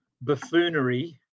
buffoonery